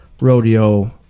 rodeo